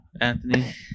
Anthony